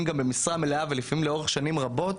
גם במשרה מלאה ולפעמים לאורך שנים רבות,